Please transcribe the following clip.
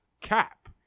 cap